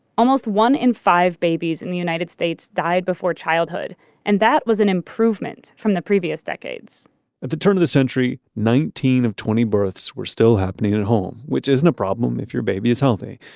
almost one in five babies in the united states died before childhood and that was an improvement from the previous decades at the turn of the century, nineteen of twenty births were still happening at home, which isn't a problem if your baby is healthy,